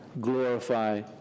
Glorify